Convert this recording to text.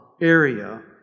area